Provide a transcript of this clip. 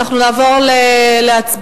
אנחנו נעבור להצבעה,